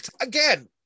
Again